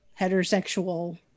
heterosexual